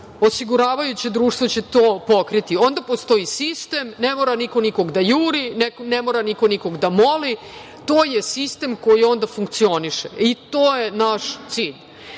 osiguravajuće društvo će to pokriti. Onda postoji sistem, ne mora niko nikog da juri, ne mora niko nikog da moli, to je sistem koji onda funkcioniše i to je naš cilj.I